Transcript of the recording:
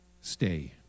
Stay